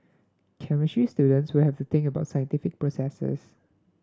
chemistry students will have to think about scientific processes